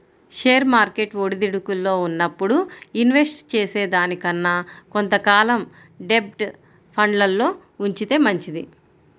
share market ఒడిదుడుకుల్లో ఉన్నప్పుడు invest చేసే కన్నా కొంత కాలం డెబ్ట్ ఫండ్లల్లో ఉంచితే మంచిది